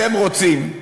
אתם רוצים,